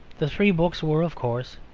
the three books were, of course,